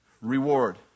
Reward